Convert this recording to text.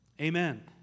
Amen